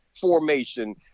formation